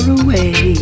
away